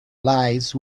lies